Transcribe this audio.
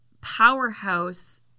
powerhouse